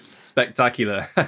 spectacular